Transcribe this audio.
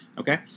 Okay